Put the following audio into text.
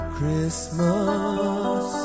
Christmas